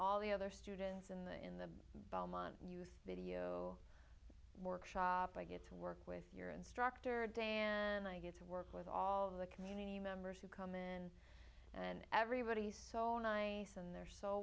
all the other students in the belmont use video workshop i get to work with your instructor dan i get to work with all of the community members who come in and everybody is so nice and they're so